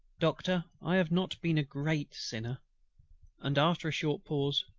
doctor, i have not been a great sinner and after a short pause,